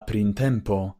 printempo